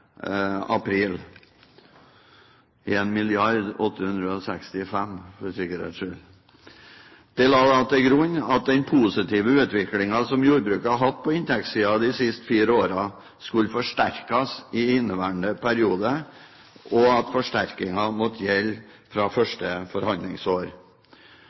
april. De la til grunn at den positive utviklingen som jordbruket har hatt på inntektssiden de siste fire årene, skulle forsterkes i inneværende periode, og at forsterkingen måtte gjelde fra